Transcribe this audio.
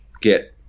get –